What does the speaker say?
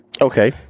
Okay